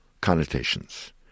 connotations